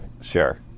Sure